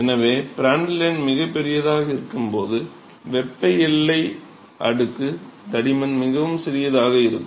எனவே பிராண்டல் எண் மிகப் பெரியதாக இருக்கும்போது வெப்ப எல்லை அடுக்கு தடிமன் மிகவும் சிறியதாக இருக்கும்